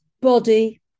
body